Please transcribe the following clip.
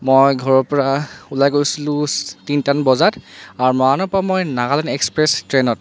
মই ঘৰৰ পৰা ওলাই গৈছিলো তিনিটামান বজাত আৰু মৰাণৰ পৰা মই নাগালেণ্ড এক্সপ্ৰেছ ট্ৰেইনত